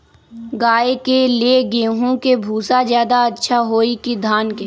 गाय के ले गेंहू के भूसा ज्यादा अच्छा होई की धान के?